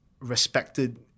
respected